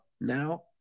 now